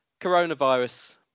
coronavirus